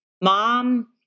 Mom